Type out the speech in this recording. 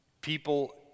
people